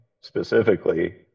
specifically